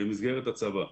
במסגרת הצבא.